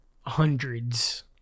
hundreds